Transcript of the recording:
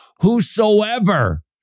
Whosoever